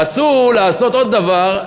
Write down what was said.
רצו לעשות עוד דבר,